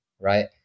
Right